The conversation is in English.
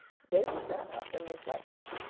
davy sat up and reflected.